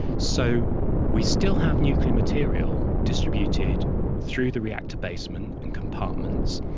so we still have nuclear material distributed through the reactor basement and compartments,